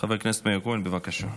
חבר הכנסת מאיר כהן, בבקשה.